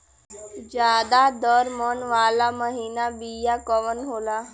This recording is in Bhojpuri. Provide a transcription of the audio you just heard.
ज्यादा दर मन वाला महीन बिया कवन होला?